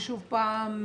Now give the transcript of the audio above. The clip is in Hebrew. ושוב פעם,